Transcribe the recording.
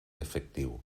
efectiu